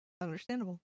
Understandable